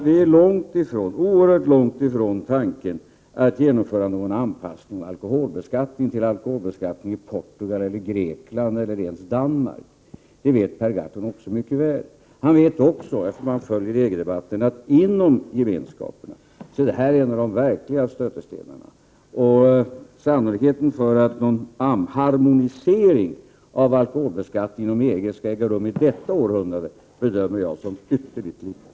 Vi är oerhört långt ifrån tanken att genomföra någon anpassning av alkoholbeskattningen i Sverige till alkoholbeskattningen i Portugal, Grekland eller ens Danmark — det vet Per Gahrton också mycket väl. Han vet också, eftersom han följer EG-debatten, att det här är en av de verkliga stötestenarna inom gemenskaperna. Sannolikheten för att någon harmonisering av alkoholbeskattningen inom EG skall äga rum i detta århundrade bedömer jag som ytterligt liten.